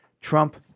Trump